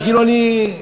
כאילו אני,